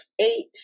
eight